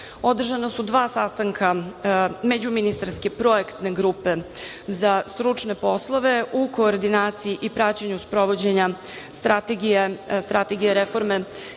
održana su dva sastanka među ministarske projektne grupe za stručne poslove u koordinaciji i praćenju sprovođenja strategija reforme